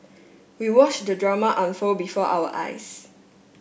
we watch the drama unfold before our eyes